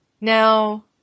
Now